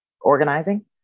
organizing